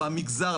במגזר,